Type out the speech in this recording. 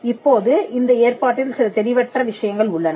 இப்போது இந்த ஏற்பாட்டில் சில தெளிவற்ற விஷயங்கள் உள்ளன